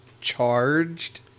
Charged